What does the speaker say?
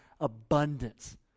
abundance